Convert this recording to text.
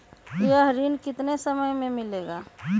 यह ऋण कितने समय मे मिलेगा?